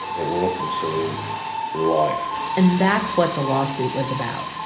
it will consume your life and that's what the lawsuit was about.